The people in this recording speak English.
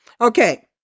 Okay